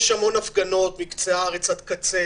יש המון הפגנות מקצה הארץ עד קצה.